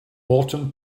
autumn